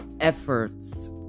efforts